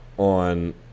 on